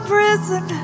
prison